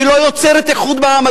היא לא יוצרת איחוד בעם,